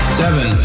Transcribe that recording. seven